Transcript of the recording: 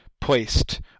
placed